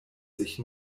sich